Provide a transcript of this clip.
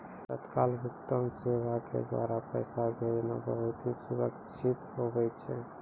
तत्काल भुगतान सेवा के द्वारा पैसा भेजना बहुत ही सुरक्षित हुवै छै